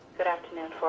good afternoon,